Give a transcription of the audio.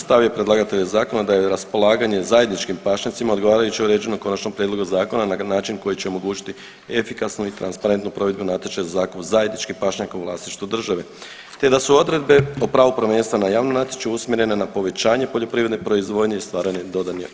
Stav je predlagatelja zakona da je raspolaganje zajedničkim pašnjacima odgovarajuće uređeno u konačnom prijedlogu zakona na način koji će omogućiti efikasnu i transparentnu provedbu natječaja za zakup zajedničkih pašnjaka u vlasništvu države te da su odredbe o pravu prvenstva na javnom natječaju usmjerene na povećanje poljoprivredne proizvodnje i stvaranje dodane vrijednosti.